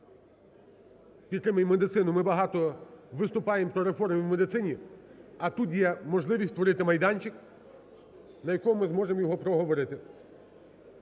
медицину. Ми багато виступаємо про реформи в медицині, а тут є можливість створити майданчик, на якому ми зможемо його проговорити.